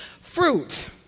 fruit